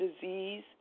disease